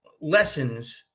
lessons